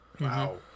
Wow